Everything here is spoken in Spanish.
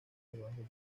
debajo